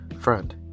friend